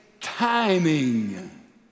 timing